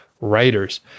writers